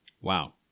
Wow